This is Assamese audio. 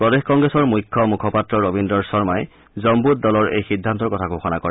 প্ৰদেশ কংগ্ৰেছৰ মুখ্য মুখপাত্ৰ ৰবিন্দৰ শৰ্মাই জম্মুত দলৰ এই সিদ্ধান্তৰ কথা ঘোষণা কৰে